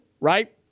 right